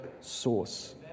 source